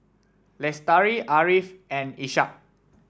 Lestari Ariff and Ishak